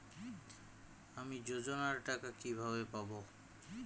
আমি যোজনার টাকা কিভাবে পাবো?